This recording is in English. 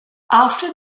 after